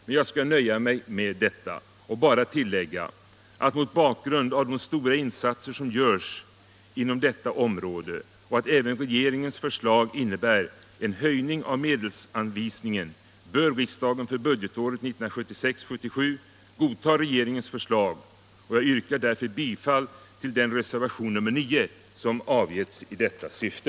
Men jag skall nöja mig med detta och bara tillägga att mot bakgrund av de stora insatser som görs inom detta område, och att även regeringens förslag innebär en höjning av medelsanvisningen, bör riksdagen för budgetåret 1976/77 godta regeringens förslag. Jag yrkar därför bifall till den reservation, nr 9, som avgetts i detta syfte.